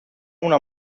una